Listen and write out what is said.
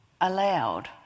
allowed